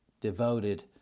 devoted